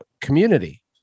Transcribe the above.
community